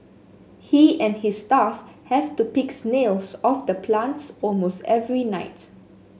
he and his staff have to pick snails off the plants almost every night